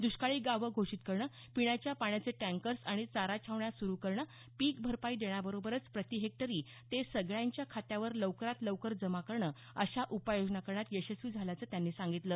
द्रष्काळी गावं घोषित करणं पिण्याच्या पाण्याचे टँकर्स आणि चारा छावण्या सुरू करणं पीक भरपाई देण्याबरोबरच प्रति हेक्टरी ते सगळ्यांच्या खात्यावर लवकरात लवकर जमा करणं अशा उपाय योजना करण्यात यशस्वी झाल्याचं त्यांनी सांगितलं